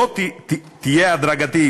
תהיה הדרגתית,